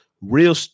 Real